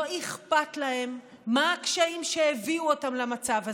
לא אכפת להם מה הקשיים שהביאו אותם למצב הזה,